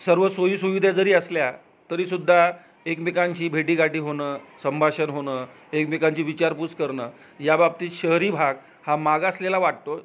सर्व सोयीसुविधा जरी असल्या तरी सुद्धा एकमेकांशी भेटीगाठी होणं संभाषण होणं एकमेकांची विचारपूस करणं याबाबतीत शहरी भाग हा मागासलेला वाटतो